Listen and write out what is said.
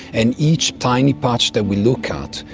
and each tiny patch that we look at,